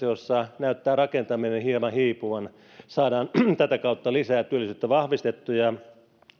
jossa näyttää rakentaminen hieman hiipuvan tätä kautta saadaan lisää työllisyyttä vahvistettua ja sillä